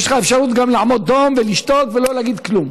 יש לך אפשרות גם לעמוד דום ולשתוק ולא להגיד כלום,